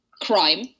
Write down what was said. crime